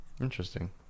interesting